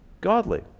Godly